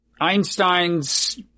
Einstein's